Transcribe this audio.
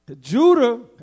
Judah